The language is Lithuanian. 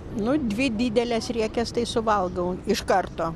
nu dvi dideles riekes tai suvalgau iš karto